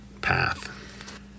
path